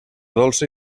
dolça